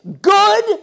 Good